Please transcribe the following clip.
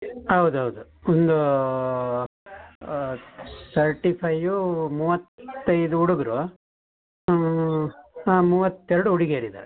ಹೌದು ಹೌದು ಒಂದು ತರ್ಟಿ ಫೈಯೂ ಮೂವತ್ತೈದು ಹುಡುಗರು ಹಾಂ ಮೂವತ್ತೆರಡು ಹುಡುಗ್ಯರು ಇದ್ದಾರೆ